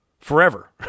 forever